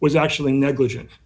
was actually negligen